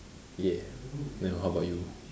yeah then how about you